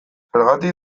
zergatik